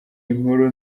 inkuru